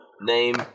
name